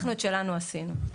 אנחנו את שלנו עשינו.